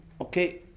okay